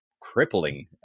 crippling